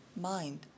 mind